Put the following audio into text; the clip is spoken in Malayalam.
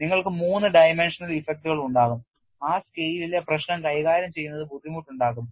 നിങ്ങൾക്ക് മൂന്ന് ഡൈമൻഷണൽ ഇഫക്റ്റുകൾ ഉണ്ടാകും ആ സ്കെയിലിലെ പ്രശ്നം കൈകാര്യം ചെയ്യുന്നത് ബുദ്ധിമുട്ടാക്കുന്നു